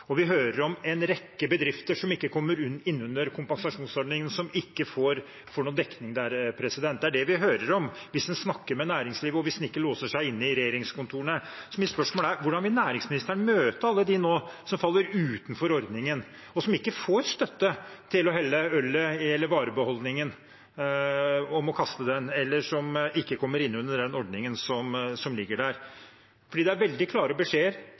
og vi hører om en rekke bedrifter som ikke kommer innunder kompensasjonsordningen, som ikke får noen dekning der. Det er det vi hører om hvis en snakker med næringslivet, og hvis en ikke låser seg inne i regjeringskontorene. Så mitt spørsmål er: Hvordan vil næringsministeren møte alle dem som nå faller utenfor ordningen, som ikke får støtte og må helle ut ølet eller kaste varebeholdningen, eller som ikke kommer innunder den ordningen som ligger der? Det er veldig klare beskjeder